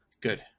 good